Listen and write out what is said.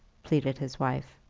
pleaded his wife.